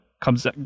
comes